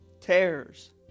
tears